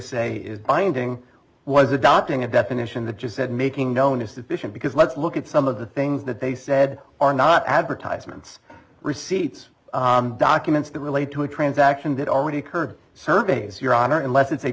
say is binding was adopting a definition the just said making known as deficient because let's look at some of the things that they said are not advertisements receipts documents that relate to a transaction that already occurred surveys your honor unless it's a